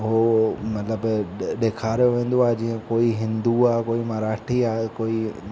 हो मतलब ॾ ॾिखारयो वेंदो आहे जीअं कोई हिंदू आहे कोई मराठी आहे कोई